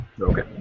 Okay